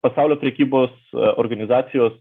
pasaulio prekybos organizacijos